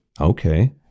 Okay